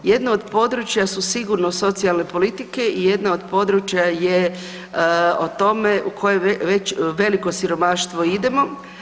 Jedno od područja su sigurno socijalne politike i jedno od područja je o tome u koje veliko siromaštvo idemo.